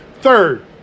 Third